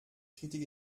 kritik